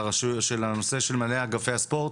של מנהלי אגפי הספורט.